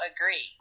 agree